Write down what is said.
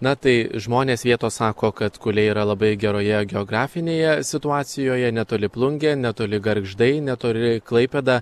na tai žmonės vietos sako kad kurie yra labai geroje geografinėje situacijoje netoli plungė netoli gargždai netoli klaipėda